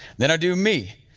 then i do me,